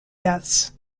deaths